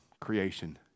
creation